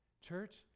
Church